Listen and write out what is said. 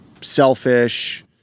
selfish